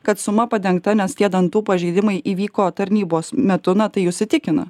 kad suma padengta nes tie dantų pažeidimai įvyko tarnybos metu na tai jus įtikino